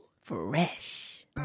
Fresh